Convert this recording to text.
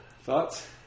Thoughts